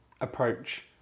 approach